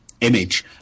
image